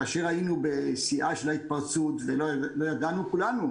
כאשר היינו בשיאה של ההתפרצות וכולנו,